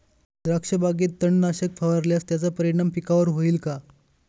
द्राक्षबागेत तणनाशक फवारल्यास त्याचा परिणाम पिकावर होईल का?